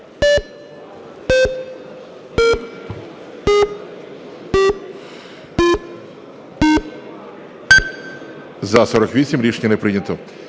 За-48 Рішення не прийнято.